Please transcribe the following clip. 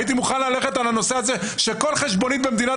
הייתי מוכן ללכת על זה שכל חשבונית במדינת